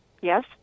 yes